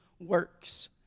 works